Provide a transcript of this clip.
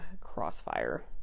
crossfire